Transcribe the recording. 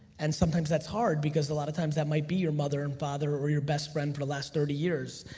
and sometimes that's hard, because a lot of times that might be your mother and father or your best friend for the last thirty years.